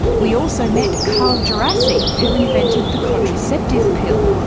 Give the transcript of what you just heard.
we also met carl djerassi who invented the contraceptive pill.